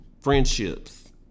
Friendships